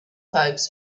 folks